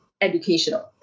educational